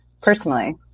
personally